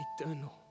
eternal